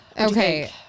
Okay